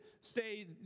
say